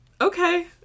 okay